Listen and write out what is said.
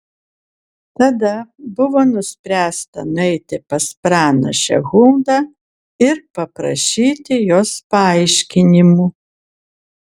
tada buvo nuspręsta nueiti pas pranašę huldą ir paprašyti jos paaiškinimų